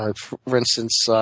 ah for instance